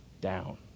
down